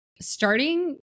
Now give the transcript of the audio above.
Starting